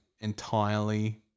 entirely